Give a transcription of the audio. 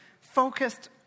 focused